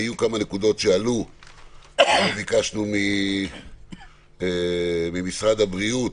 עלו כמה נקודות שעלו וביקשנו ממשרד הבריאות,